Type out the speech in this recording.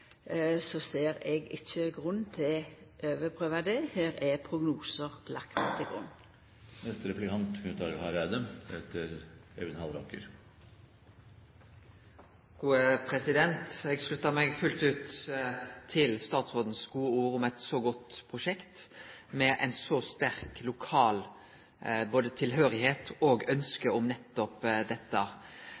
ser eg ikkje grunn til å overprøva det. Her er det lagt til grunn prognosar. Eg sluttar meg fullt ut til statsråden sine gode ord om eit så godt prosjekt, med både sterk lokal tilhøyrsle og ønske om dette.